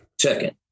Second